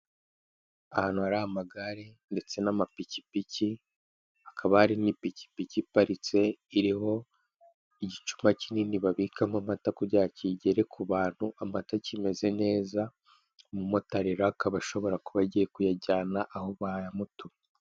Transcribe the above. Ahantu hari amagare ndetse n'amapikipiki, hakaba harimo ipikipiki iparitse iriho igicupa kinini babikamo amata, kugira ngo kigere ku bantu amata akimeze neza; umumotari rero akaba ashobora kuba agiye kuyajyana aho bayamutumye.